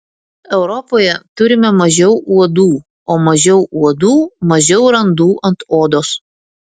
europoje turime mažiau uodų o mažiau uodų mažiau randų ant odos